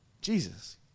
Jesus